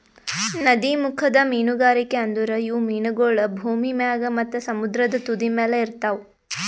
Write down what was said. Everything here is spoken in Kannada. ನದೀಮುಖದ ಮೀನುಗಾರಿಕೆ ಅಂದುರ್ ಇವು ಮೀನಗೊಳ್ ಭೂಮಿ ಮ್ಯಾಗ್ ಮತ್ತ ಸಮುದ್ರದ ತುದಿಮ್ಯಲ್ ಇರ್ತಾವ್